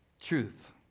truth